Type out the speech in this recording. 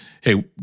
hey